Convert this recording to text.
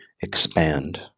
expand